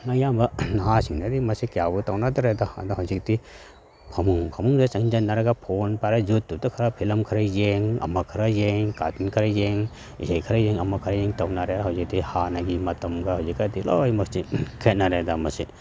ꯑꯌꯥꯝꯕ ꯅꯍꯥꯁꯤꯡꯗꯗꯤ ꯃꯁꯤ ꯀꯌꯥꯕꯨ ꯇꯧꯅꯗ꯭ꯔꯦꯗ ꯑꯗꯣ ꯍꯧꯖꯤꯛꯇꯤ ꯐꯃꯨꯡ ꯐꯃꯨꯡꯗ ꯆꯪꯖꯟꯅꯔꯒ ꯐꯣꯟ ꯄꯥꯏꯔꯒ ꯌꯨꯇꯨꯞꯇ ꯈꯔ ꯐꯤꯂꯝ ꯈꯔ ꯌꯦꯡ ꯑꯃ ꯈꯔ ꯌꯦꯡ ꯀꯥꯔꯇꯨꯟ ꯈꯔ ꯌꯦꯡ ꯏꯁꯩ ꯈꯔ ꯌꯦꯡ ꯑꯃ ꯈꯔ ꯌꯦꯡ ꯇꯧꯅꯔꯦ ꯍꯧꯖꯤꯛꯇꯤ ꯍꯥꯟꯅꯒꯤ ꯃꯇꯝꯒ ꯍꯧꯖꯤꯛꯀꯗꯤ ꯂꯣꯏꯃꯛꯁꯤ ꯈꯦꯠꯅꯔꯦꯗ ꯃꯁꯤ